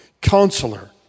Counselor